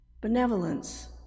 Benevolence